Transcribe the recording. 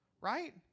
right